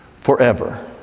forever